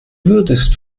würdest